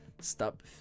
stop